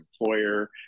employer